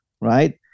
right